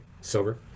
silver